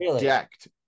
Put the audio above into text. decked